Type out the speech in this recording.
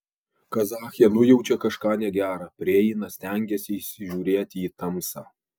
kazachė nujaučia kažką negera prieina stengiasi įsižiūrėti į tamsą